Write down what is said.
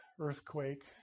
earthquake